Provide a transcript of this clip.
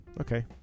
okay